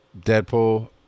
Deadpool